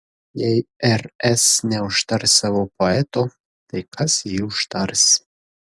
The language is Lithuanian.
jei rs neužtars savo poeto tai kas jį užtars